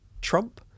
Trump